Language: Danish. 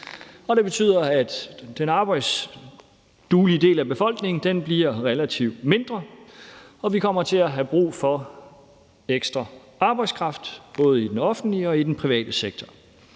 og det betyder, at den arbejdsduelige del af befolkningen bliver relativt mindre, og at vi kommer til at have brug for ekstra arbejdskraft, både i den offentlige og i den private sektor.